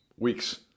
Weeks